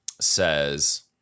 says